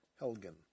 Helgen